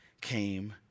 came